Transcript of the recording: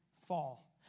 fall